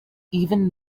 even